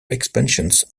expansions